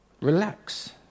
Relax